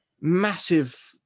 massive